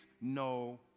no